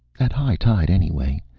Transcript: at high tide, anyway.